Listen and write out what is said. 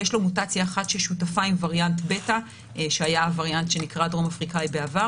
יש לו מוטציה אחת ששותפה עם וריאנט ביתא שהיה הווריאנט שנקרא בעבר